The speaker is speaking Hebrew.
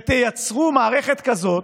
ותייצרו מערכת כזאת